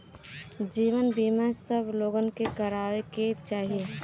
जीवन बीमा सब लोगन के करावे के चाही